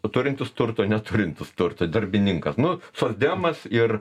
turintis turto neturintis turto darbininkas nu socdemas ir